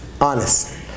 honest